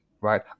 right